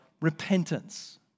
repentance